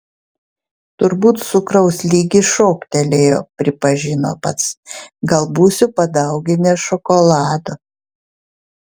turbūt cukraus lygis šoktelėjo pripažino pats gal būsiu padauginęs šokolado